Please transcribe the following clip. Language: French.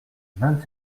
vingt